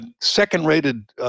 second-rated